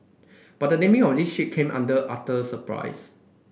but the naming of the ship came under utter surprise